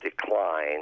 decline